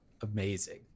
amazing